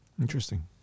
Interesting